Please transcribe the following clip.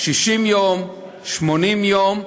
60 יום, 80 יום,